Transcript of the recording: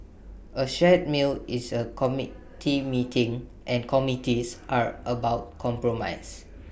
A shared meal is A committee meeting and committees are about compromise